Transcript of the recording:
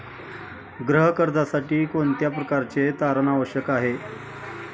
गृह कर्जासाठी कोणत्या प्रकारचे तारण आवश्यक आहे?